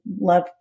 love